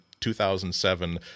2007